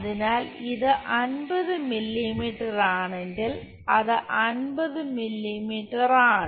അതിനാൽ ഇത് 50 മില്ലീമീറ്ററാണെങ്കിൽ അത് 50 മില്ലീമീറ്ററാണ്